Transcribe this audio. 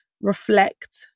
reflect